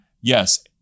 yes